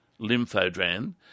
Lymphodran